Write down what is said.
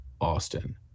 Austin